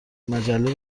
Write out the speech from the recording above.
مجله